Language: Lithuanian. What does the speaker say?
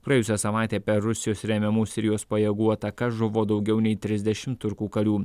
praėjusią savaitę per rusijos remiamų sirijos pajėgų atakas žuvo daugiau nei trisdešim turkų karių